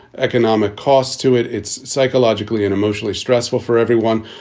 economic costs to it. it's psychologically and emotionally stressful for everyone.